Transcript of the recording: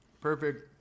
perfect